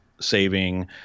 saving